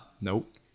Nope